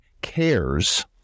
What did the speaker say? cares